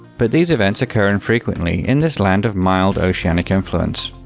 but these events occur infrequently in this land of mild oceanic influence.